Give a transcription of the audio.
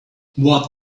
what